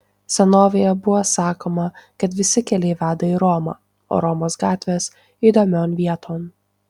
senovėje buvo sakoma kad visi keliai veda į romą o romos gatvės įdomion vieton